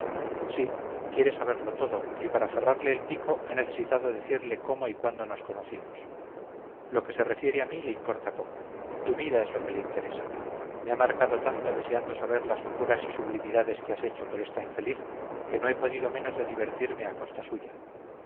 sí quiere saberlo todo y para cerrarle el pico he necesitado decirle cómo y cuándo nos conocimos lo que se refiere a mí le importa poco tu vida es lo que le interesa me ha marcado tanto deseando saber las locuras y sublimidades que has hecho por esta infeliz que no he podido menos de divertirme a costa suya